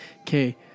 Okay